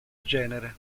genere